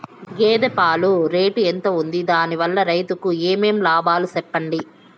గేదె పాలు రేటు ఎంత వుంది? దాని వల్ల రైతుకు ఏమేం లాభాలు సెప్పండి?